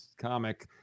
Comic